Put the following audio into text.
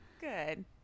Good